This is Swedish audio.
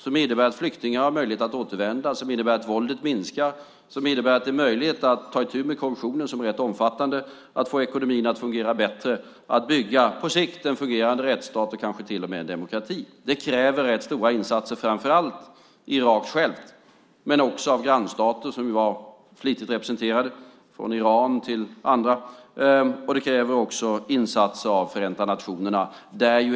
Det innebär att flyktingar ska få möjlighet att återvända, att våldet ska minska, att man ska ta itu med den omfattande korruptionen, att man ska få ekonomin att fungera bättre och att man på sikt ska bygga en fungerande rättsstat och kanske till och med en demokrati. Det kräver rätt stora insatser, framför allt i Irak självt men också av grannstater. De var flitigt representerade - från Iran till andra. Det kräver också insatser av Förenta nationerna.